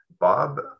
Bob